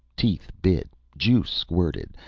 teeth bit. juice squirted,